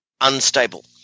unstable